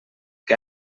que